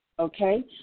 Okay